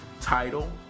title